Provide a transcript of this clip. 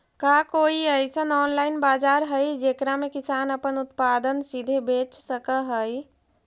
का कोई अइसन ऑनलाइन बाजार हई जेकरा में किसान अपन उत्पादन सीधे बेच सक हई?